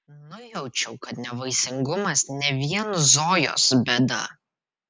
nujaučiau kad nevaisingumas ne vien zojos bėda